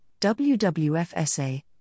WWFSA